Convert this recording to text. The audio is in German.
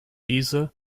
diese